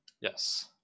Yes